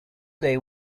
they